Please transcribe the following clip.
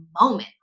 moment